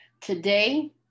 Today